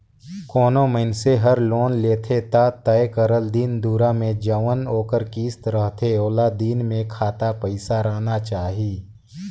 कोनो मइनसे हर लोन लेथे ता तय करल दिन दुरा में जउन ओकर किस्त रहथे ओ दिन में खाता पइसा राहना चाही